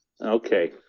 Okay